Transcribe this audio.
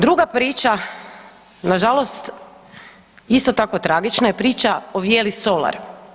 Druga priča nažalost isto tako tragična je priča o Vjeri Solar.